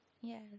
Yes